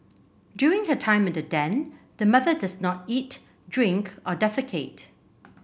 during her time in the den the mother does not eat drink or defecate